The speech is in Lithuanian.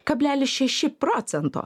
kablelis šeši procento